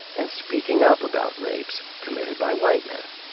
and speaking up about rapes committed by white men.